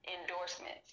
endorsements